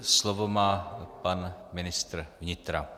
Slovo má pan ministr vnitra.